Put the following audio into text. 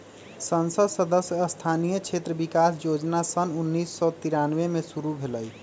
संसद सदस्य स्थानीय क्षेत्र विकास जोजना सन उन्नीस सौ तिरानमें में शुरु भेलई